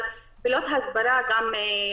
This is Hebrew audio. אבל פעולות הסברה כן.